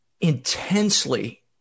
intensely